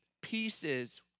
pieces